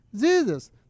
Jesus